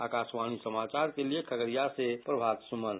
आकाशवाणी समाचार के लिये खगड़िया से प्रभात सुमन